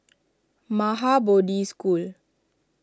Maha Bodhi School